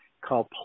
called